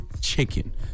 chicken